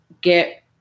get